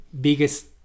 biggest